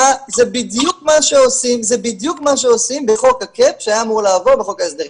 זה בדיוק מה שעושים בחוק הקאפ שהיה אמור לעבור בחוק ההסדרים.